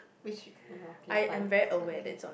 which uh okay fine it's okay